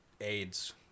AIDS